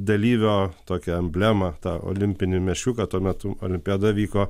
dalyvio tokią emblemą tą olimpinį meškiuką tuo metu olimpiada vyko